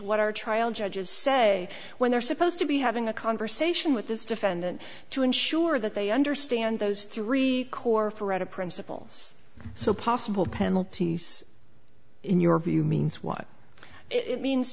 what our trial judges say when they're supposed to be having a conversation with this defendant to ensure that they understand those three core ferrata principles so possible penalties in your view means what it means